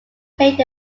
played